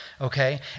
Okay